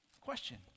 Question